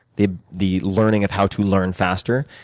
the the learning of how to learn faster,